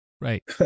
right